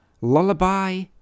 Lullaby